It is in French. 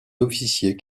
officiers